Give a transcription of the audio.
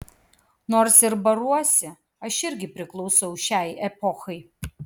nors ir baruosi aš irgi priklausau šiai epochai